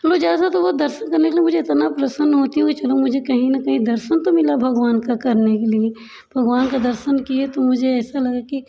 वो जैसा तो वो दर्शन करने के लिए मुझे इतना प्रसन्न होती हूँ इतना मुझे कहीं ना कहीं दर्शन तो मिल भगवान का करने के लिए भगवान का दर्शन किए तो मुझे ऐसा लगा की